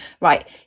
right